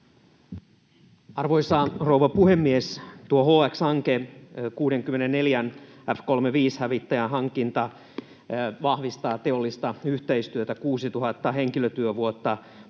Arvoisa rouva puhemies! Tuo HX-hanke, 64:n F35-hävittäjän hankinta, vahvistaa teollista yhteistyötä, 6 000 henkilötyövuotta: Patria,